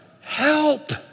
help